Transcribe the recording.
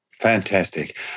Fantastic